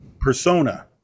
persona